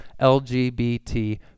LGBT